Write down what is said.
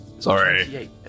Sorry